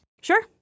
Sure